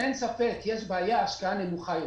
אין ספק שיש בעיה של השקעה נמוכה יותר,